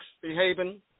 Behaving